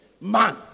man